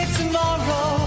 tomorrow